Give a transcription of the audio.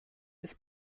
this